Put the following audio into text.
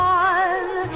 one